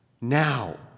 now